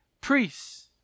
priests